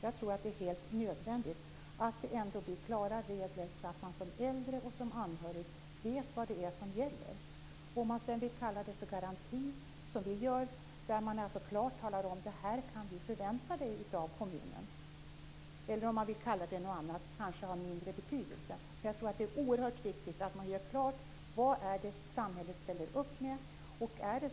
Jag tror att det är helt nödvändigt att det ändå blir klara regler, så att man som äldre och som anhörig vet vad det är som gäller. Om man sedan vill kalla det för garanti, som vi gör, och där man klart talar om vad den enskilde kan förvänta sig av kommunen, eller om man vill kalla det för något annat kanske har mindre betydelse. Men jag tror att det är oerhört viktigt att man gör klart vad det är som samhället ställer upp med.